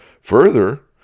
Further